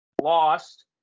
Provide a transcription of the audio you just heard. lost